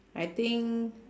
I think